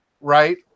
right